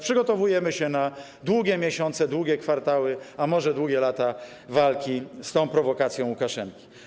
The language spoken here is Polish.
Przygotowujemy się na długie miesiące, długie kwartały, a może długie lata walki z tą prowokacją Łukaszenki.